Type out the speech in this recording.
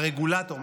הרגולטור,